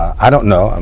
i don't know. um